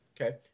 Okay